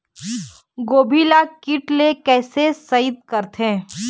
गोभी ल कीट ले कैसे सइत करथे?